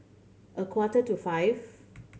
a quarter to five